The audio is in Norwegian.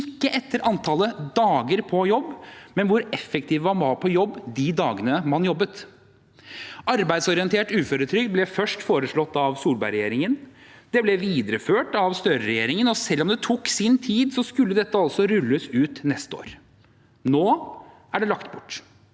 ikke etter antallet dager på jobb, men etter hvor effektiv man var på jobb de dagene man jobbet. Arbeidsorientert uføretrygd ble først foreslått av Solberg-regjeringen. Det ble videreført av Støre-regjeringen, og selv om det tok sin tid, skulle dette altså rulles ut neste år. Nå er det lagt bort.